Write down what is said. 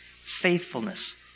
faithfulness